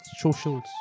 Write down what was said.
Socials